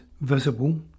visible